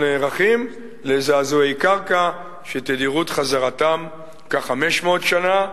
אנחנו נערכים לזעזועי קרקע שתדירות חזרתם כ-500 שנה.